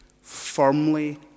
firmly